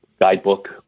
guidebook